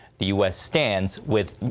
the u s. stands with